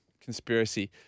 Conspiracy